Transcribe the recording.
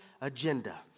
agenda